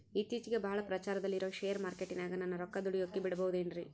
ಇತ್ತೇಚಿಗೆ ಬಹಳ ಪ್ರಚಾರದಲ್ಲಿರೋ ಶೇರ್ ಮಾರ್ಕೇಟಿನಾಗ ನನ್ನ ರೊಕ್ಕ ದುಡಿಯೋಕೆ ಬಿಡುಬಹುದೇನ್ರಿ?